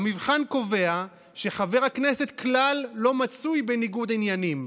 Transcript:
המבחן קובע שחבר הכנסת כלל לא מצוי בניגוד עניינים,